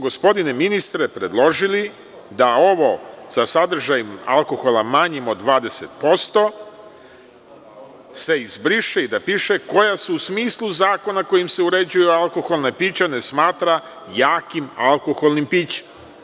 Gospodine ministre, mi smo predložili da ovo – sa sadržajem alkohola manjim od 20% se izbriše i da piše – koja su u smislu zakona kojim se uređuju alkoholna pića ne smatra jakim alkoholnim pićem.